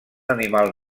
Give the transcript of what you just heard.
animal